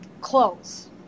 clothes